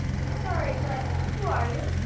sorry but who are you?